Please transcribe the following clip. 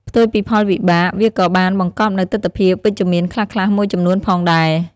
ផ្ទុយពីផលវិបាក វាក៏បានបង្កប់នូវទិដ្ឋភាពវិជ្ជមានខ្លះៗមួយចំនួនផងដែរ។